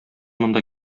монда